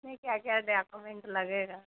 नहीं क्या क्या ड्याकोमेंट लगेगा